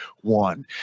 one